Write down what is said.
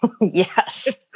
Yes